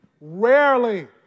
rarely